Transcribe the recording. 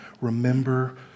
Remember